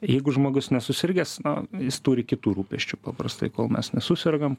jeigu žmogus nesusirgęs na jis turi kitų rūpesčių paprastai kol mes nesusergam